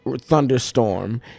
Thunderstorm